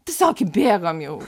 tiesiog įbėgom jau